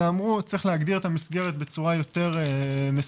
אלא אמרו: צריך להגדיר את המסגרת בצורה יותר מסודרת.